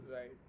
Right